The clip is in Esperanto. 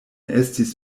estis